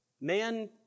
Man